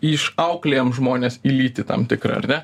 išauklėjam žmones į lytį tam tikrą ar ne